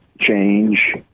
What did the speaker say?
change